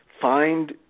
find